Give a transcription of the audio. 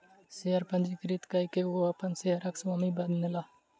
share पंजीकृत कय के ओ अपन शेयरक स्वामी बनला